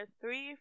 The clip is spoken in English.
three